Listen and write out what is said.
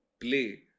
play